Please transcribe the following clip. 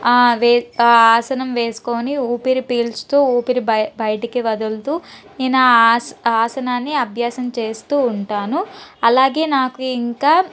వే ఆసనం వేసుకొని ఊపిరి పీల్చుతూ ఊపిరి బయటకి వదులుతూ నేను ఆ ఆస ఆసనాన్ని అబ్యాసం చేస్తూ ఉంటాను అలాగే నాకు ఇంకా